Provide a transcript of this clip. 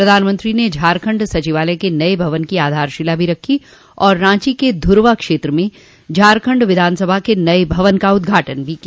प्रधानमंत्री ने झारखंड सचिवालय के नये भवन की आधारशिला भी रखी और रांची के ध्रवा क्षेत्र में झारखंड विधानसभा के नये भवन का उदघाटन भी किया